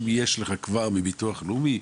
אם יש לך כבר מביטוח לאומי,